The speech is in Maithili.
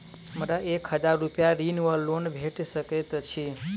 हमरा एक हजार रूपया ऋण वा लोन भेट सकैत अछि?